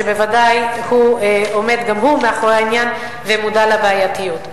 שבוודאי עומד גם הוא מאחורי העניין ומודע לבעייתיות.